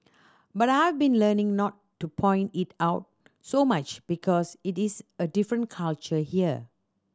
but I've been learning not to point it out so much because it is a different culture here